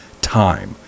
time